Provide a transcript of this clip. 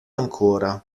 ancora